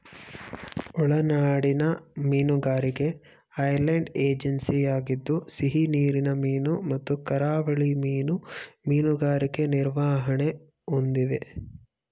ಒಳನಾಡಿನ ಮೀನುಗಾರಿಕೆ ಐರ್ಲೆಂಡ್ ಏಜೆನ್ಸಿಯಾಗಿದ್ದು ಸಿಹಿನೀರಿನ ಮೀನು ಮತ್ತು ಕರಾವಳಿ ಮೀನು ಮೀನುಗಾರಿಕೆ ನಿರ್ವಹಣೆ ಹೊಂದಿವೆ